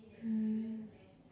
mm